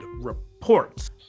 reports